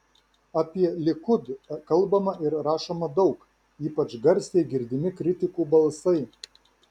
apie likud kalbama ir rašoma daug ypač garsiai girdimi kritikų balsai